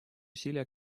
усилия